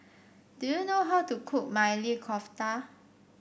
do you know how to cook Maili Kofta